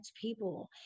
people